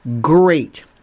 great